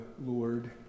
Lord